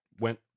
went